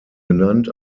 genannt